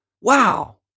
Wow